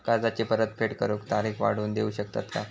कर्जाची परत फेड करूक तारीख वाढवून देऊ शकतत काय?